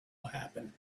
happen